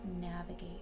navigate